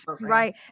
right